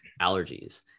allergies